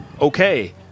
Okay